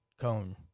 cone